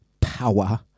power